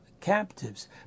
captives